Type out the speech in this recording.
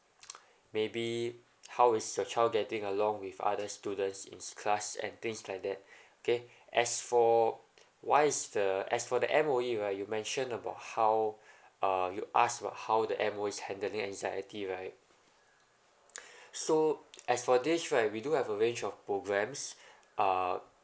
maybe how is your child getting along with other students in class and things like that okay as for why is the as for the M_O_E right you mention about how uh you asked about how the M_O_E handling anxiety right so as for this right we do have a range of programs uh